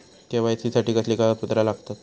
KYC साठी कसली कागदपत्र लागतत?